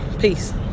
Peace